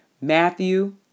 Matthew